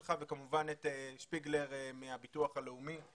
וכמובן, את שפיגלר מהביטוח הלאומי.